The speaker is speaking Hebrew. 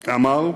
אמר: